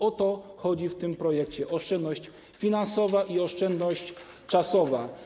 O to chodzi w tym projekcie - oszczędność finansowa i oszczędność czasowa.